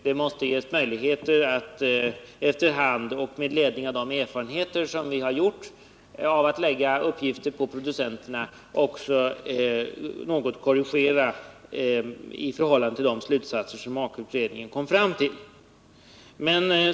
Det måste ges möjligheter att efter hand och med ledning av de erfarenheter som vi har gjort av att lägga uppgifter på producenterna också något korrigera de slutsatser Aka-utredningen kom fram till.